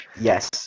Yes